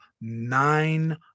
nine